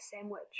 sandwich